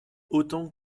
autant